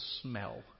smell